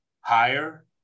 higher